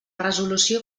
resolució